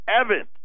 Evans